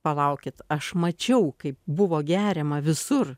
palaukit aš mačiau kaip buvo geriama visur